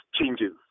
changes